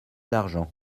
d’argent